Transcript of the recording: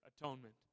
atonement